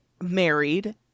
married